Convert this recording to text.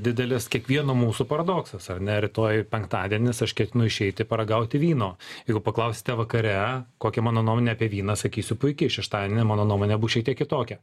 didelis kiekvieno mūsų paradoksas ar ne rytoj penktadienis aš ketinu išeiti paragauti vyno jeigu paklausite vakare kokia mano nuomonė apie vyną sakysiu puiki šeštadienį mano nuomonė bus šiek tiek kitokia